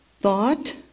thought